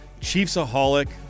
Chiefsaholic